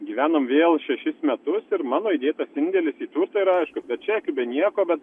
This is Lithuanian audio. gyvenom vėl šešis metus ir mano įdėtas indėlis į turtą yra aišku be čekių be nieko bet